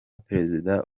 perezida